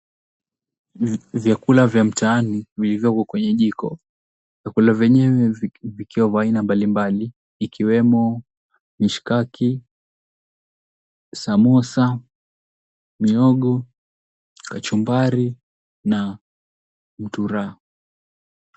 Vyakula vya mtaani vilivyoko kwenye jiko vyakula vyenye ni vya aina mbali mbali ikiwemo mishikaki, samosa, mihogo, kachumbari na mtura.